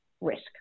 risk